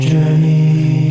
Journey